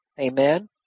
Amen